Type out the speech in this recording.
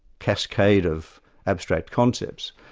cascade of abstract concepts,